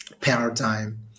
paradigm